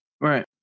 Right